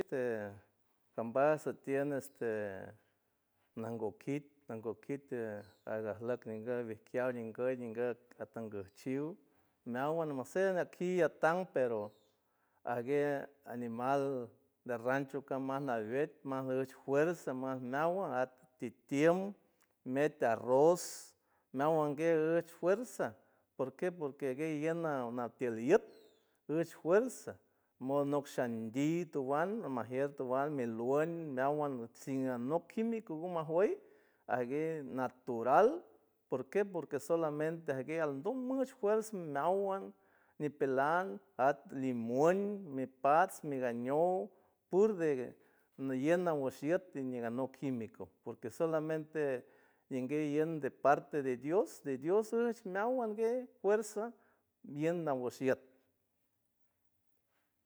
Ambaj andie este nango kit nango kit tie alak ninga linga miski atanka shiu mawan noboshe nju ati nisan pero ajge animal de rancho tomalej tas fuerza nawan at fiam metarroz nawangue it fuerza porque porque en ella llena una tizli yut es fuerza monot zagi tuwan noooxingue tuwan mi luch nawan nasin anok kimin majweyajgue patural porque porque solamente aquel andul mil esfuers nawan nipelan at timuel me past migañon ñou purde yeña loshet mi gañou kimiko porque solamente ñingue ñe departe de dios nawangues wet fuerzas bien nawashet